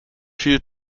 viel